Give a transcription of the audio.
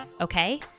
okay